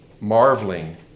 marveling